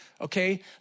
okay